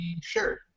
sure